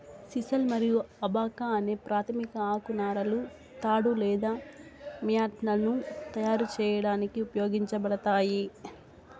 sisal మరియు abaca అనే ప్రాధమిక ఆకు నారలు తాడు లేదా మ్యాట్లను తయారు చేయడానికి ఉపయోగించబడతాయి